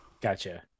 Gotcha